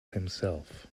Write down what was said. himself